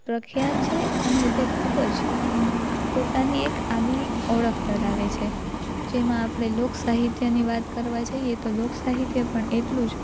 પ્રખ્યાત છે અને તે ખૂબ જ પોતાની એક આગવી ઓળખ ધરાવે છે જેમાં આપણે લોક સાહિત્યની વાત કરવા જઈએ તો લોક સાહિત્ય પણ એટલું જ